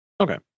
Okay